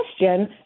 question